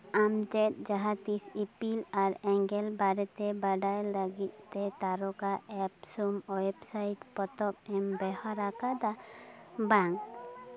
ᱟᱢ ᱪᱮᱫ ᱡᱟᱦᱟᱸ ᱛᱤᱸᱥ ᱤᱯᱤᱞ ᱟᱨ ᱮᱸᱜᱮᱞ ᱵᱟᱨᱮᱛᱮ ᱵᱟᱰᱟᱭ ᱞᱟᱹᱜᱤᱫ ᱛᱮ ᱛᱟᱨᱚᱠᱟ ᱮᱯ ᱥᱳ ᱳᱭᱮᱵᱥᱟᱭᱤᱴ ᱯᱚᱛᱚᱵ ᱮᱢ ᱵᱮᱣᱦᱟᱨ ᱟᱠᱟᱫᱟ ᱵᱟᱝ